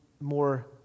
more